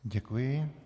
Děkuji.